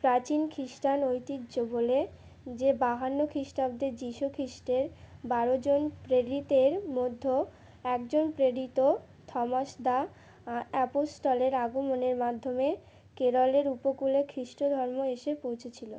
প্রাচীন খ্রিস্টান ঐতিহ্য বলে যে বাহান্ন খ্রিস্টাব্দদের যীশু খ্রিস্টের বারো জন প্রেরিতের মধ্য একজন প্রেরিত থমাস দা অ্যাপস্থ্টলের আগমনের মাধ্যমে কেরলের উপকূুলে খ্রিস্ট ধর্ম এসে পৌঁছেছিলো